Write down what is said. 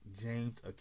James